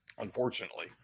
unfortunately